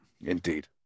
Indeed